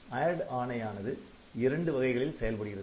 ADD ஆணையானது இரண்டு வகைகளில் செயல்படுகிறது